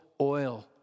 oil